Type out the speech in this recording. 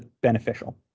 beneficial